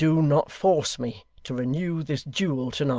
do not force me to renew this duel to-night